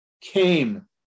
came